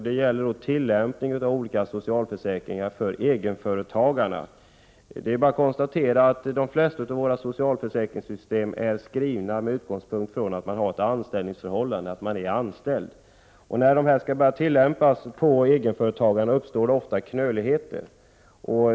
Det gäller tillämpningen av olika socialförsäkringar för egenföretagarna. Det är bara att konstatera att reglerna för de flesta av våra socialförsäkringar är skrivna med utgångspunkt i ett anställningsförhållande. När reglerna skall tillämpas på egenföretagare uppstår ofta knöligheter.